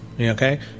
okay